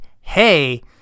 Hey